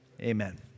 Amen